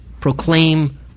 proclaim